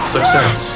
Success